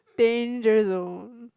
danger zone